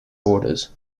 orders